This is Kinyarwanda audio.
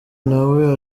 nawe